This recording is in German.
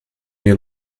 wir